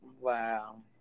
Wow